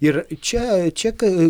ir čia čia kai